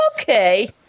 Okay